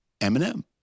Eminem